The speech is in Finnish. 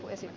olisi